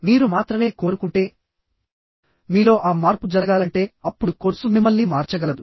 మీరు మాత్రమే కోరుకుంటే మీలో ఆ మార్పు జరగాలంటే అప్పుడు కోర్సు మిమ్మల్ని మార్చగలదు